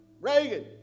Reagan